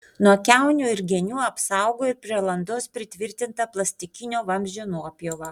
nuo kiaunių ir genių apsaugo ir prie landos pritvirtinta plastikinio vamzdžio nuopjova